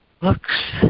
looks